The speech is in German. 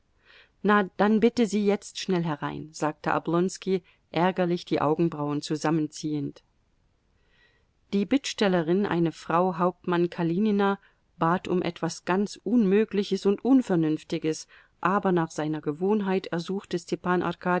na dann bitte sie jetzt schnell herein sagte oblonski ärgerlich die augenbrauen zusammenziehend die bittstellerin eine frau hauptmann kalinina bat um etwas ganz unmögliches und unvernünftiges aber nach seiner gewohnheit ersuchte